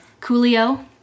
Coolio